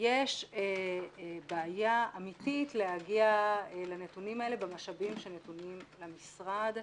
יש בעיה אמתית להגיע לנתונים האלה במשאבים שנתונים למשרד,